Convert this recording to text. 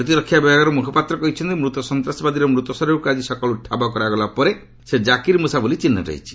ପ୍ରତିରକ୍ଷା ବିଭାଗର ମୁଖପାତ୍ର କହିଛନ୍ତି ମୂତ ସନ୍ତାସବାଦୀର ମୃତ ଶରୀରକୁ ଆଜି ସକାଳୁ ଠାବ କରାଗଲା ପରେ ସେ ଜାକିର୍ ମୃଷା ବୋଲି ଚିହ୍ନଟ ହୋଇଛି